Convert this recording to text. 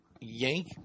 yank